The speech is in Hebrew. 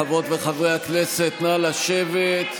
חברות וחברי הכנסת, נא לשבת.